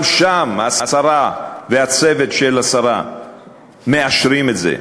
גם שם השרה והצוות של השרה מאשרים את זה.